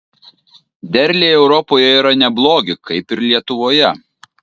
derliai europoje yra neblogi kaip ir lietuvoje